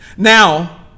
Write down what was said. Now